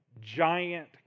giant